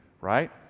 right